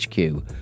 HQ